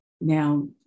Now